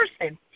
person